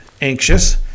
anxious